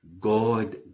God